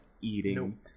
eating